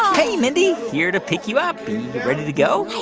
hey, mindy. here to pick you up. you ready to go? hey,